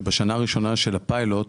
שבשנה הראשונה של הפיילוט,